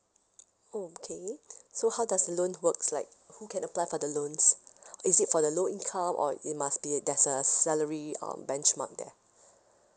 oh okay so how does the loan works like who can apply for the loans is it for the low income or it must be there's a salary uh benchmark there